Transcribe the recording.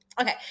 Okay